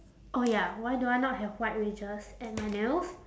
oh ya why do I not have white wedges at my nails